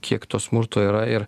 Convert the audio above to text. kiek to smurto yra ir